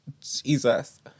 Jesus